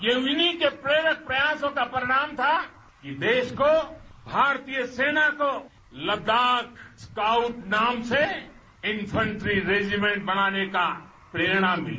ये उन्हीं के प्रेरक प्रयासों का परिणाम था कि देश को भारतीय सेना को लद्दाख स्काउट नाम से इनफेंट्री रेजीमेंट बनाने का प्रेरणा मिली